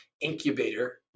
incubator